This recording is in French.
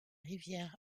rivières